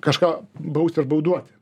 kažką bausti ar bauduoti